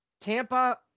Tampa